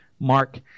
Mark